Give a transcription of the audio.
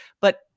But-